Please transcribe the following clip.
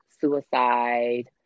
suicide